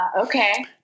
Okay